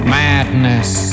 madness